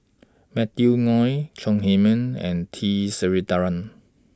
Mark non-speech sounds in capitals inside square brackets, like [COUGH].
Matthew [UNINTELLIGIBLE] Chong Heman and T Sasitharan